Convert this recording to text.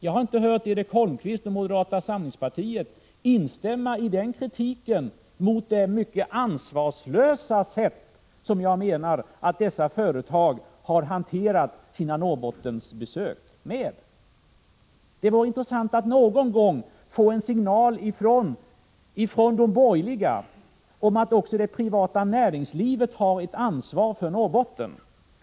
Jag har inte hört Erik Holmkvist och moderata samlingspartiet instämma i kritiken mot det mycket ansvarslösa sätt på vilket jag menar att dessa företag har hanterat sina Norrbottensbesök. Det vore intressant att någon gång få en signal ifrån de borgerliga om att också det privata näringslivet har ett ansvar för Norrbotten.